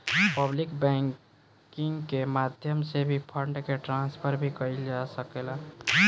public banking के माध्यम से भी फंड के ट्रांसफर भी कईल जा सकेला